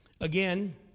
Again